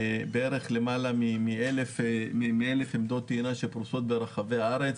בערך למעלה מ-1,000 עמדות טעינה שפרוסות ברחבי הארץ,